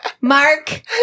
Mark